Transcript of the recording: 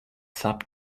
sap